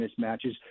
mismatches